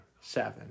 Seven